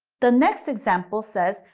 the next example says,